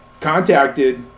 contacted